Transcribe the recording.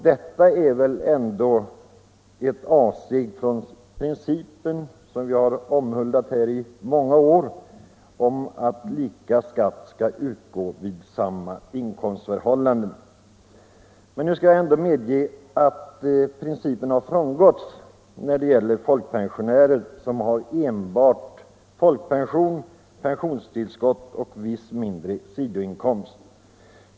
Det är väl ändå ett avsteg från den princip som vi har omhuldat i många år om att lika skatt skall utgå vid samma inkomstförhållanden. Det skall medges att principen har frångåtts för folkpensionärer som har enbart folkpension, pensionstillskott och viss, mindre sidoinkomst.